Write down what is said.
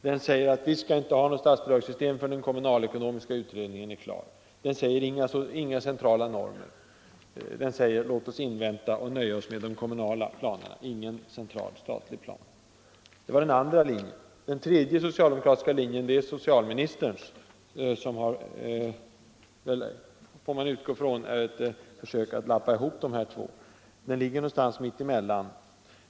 Den säger att vi inte får något nytt statsbidragssystem förrän den kommunalekonomiska utredningen:'är klar. Utskottsmajoritetens säger: Inga centrala normer. Låt oss avvakta och nöja oss med de kommunala planerna. Ingen central statlig plan. Detta var den andra linjen. Den tredje socialdemokratiska linjen är den som företräds av socialministern som — får man väl utgå ifrån — har försökt att lappa ihop de här två linjerna. Socialministerns linje går någonstans mitt emellan.